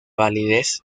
validez